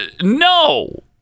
No